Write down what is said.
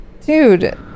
Dude